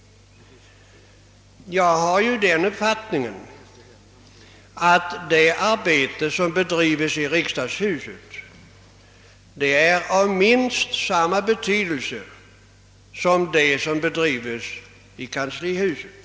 Jag har den uppfattningen att det arbete som bedrives i riksdagshuset är av minst lika stor betydelse som det som försiggår i kanslihuset.